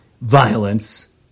violence